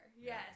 Yes